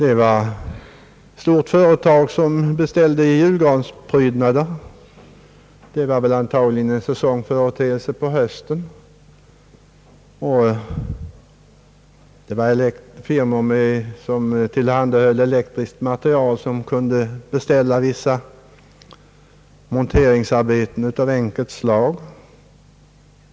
Ett stort företag hade beställt julgransprydnader — det var väl en säsongföreteelse på hösten — och det förekom att firmor, som tillhandahöll elektrisk materiel, kunde beställa vissa monteringsarbeten av enkelt slag.